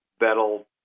that'll